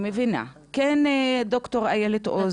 כן, ד"ר איילת עוז.